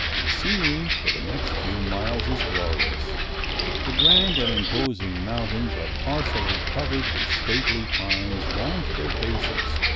the scenery for the next few miles is glorious the grand and imposing mountains are partially covered with stately pines down to their bases,